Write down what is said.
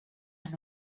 and